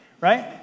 right